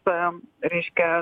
c m reiškia